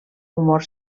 humor